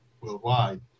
worldwide